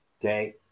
Okay